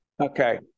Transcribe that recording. Okay